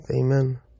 Amen